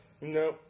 No